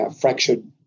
fractured